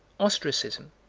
ostracism.